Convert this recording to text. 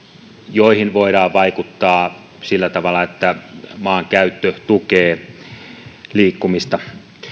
joihin voidaan vaikuttaa sillä tavalla että maankäyttö tukee liikkumista